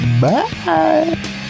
Bye